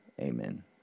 Amen